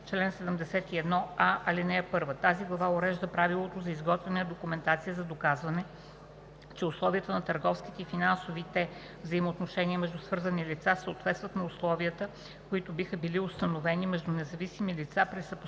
Чл. 71а. (1) Тази глава урежда правилата за изготвяне на документация за доказване, че условията на търговските и финансовите взаимоотношения между свързани лица съответстват на условията, които биха били установени между независими лица при съпоставими